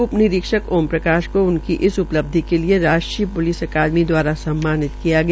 उप निरीक्षक ओम प्रकाश को उनकी इस उपलब्धि के लिये राष्ट्रीय प्लिस अकादमी दवारा सम्मानित किया गया